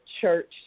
church